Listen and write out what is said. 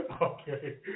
Okay